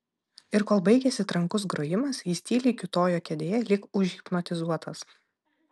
ir kol baigėsi trankus grojimas jis tyliai kiūtojo kėdėje lyg užhipnotizuotas